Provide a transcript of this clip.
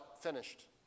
finished